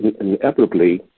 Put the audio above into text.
inevitably